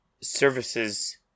services